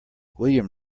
william